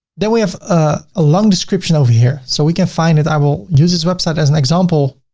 then we have ah a long description over here. so we can find it. i will use this website as an example.